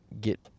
get